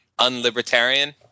unlibertarian